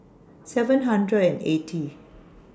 seven hundred and eighty